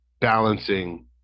balancing